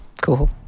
Cool